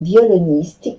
violoniste